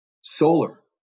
Solar